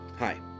Hi